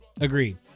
Agreed